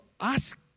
ask